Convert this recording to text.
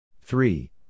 Three